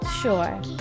Sure